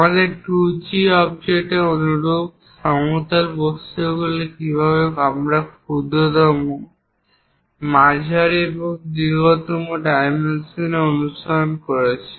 আমাদের 2D অবজেক্টের অনুরূপ সমতল বস্তুগুলি কীভাবে আমরা ক্ষুদ্রতম মাঝারি এবং দীর্ঘতম ডাইমেনশন অনুসরণ করেছি